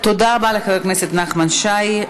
תודה רבה לחבר הכנסת נחמן שי.